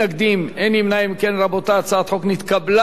אם כן, רבותי, הצעת החוק נתקבלה בקריאה שנייה.